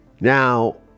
Now